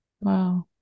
Wow